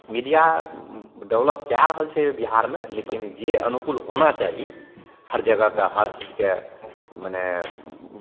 media develop कए रहल छै बिहारमे लेकिन जे अनुकूल होना चाही हर जगहके हर चीजके मने